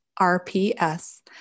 RPS